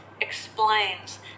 explains